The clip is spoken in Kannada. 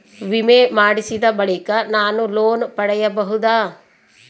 ವಿಮೆ ಮಾಡಿಸಿದ ಬಳಿಕ ನಾನು ಲೋನ್ ಪಡೆಯಬಹುದಾ?